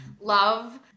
love